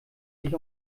sich